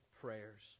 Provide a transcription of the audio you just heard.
prayers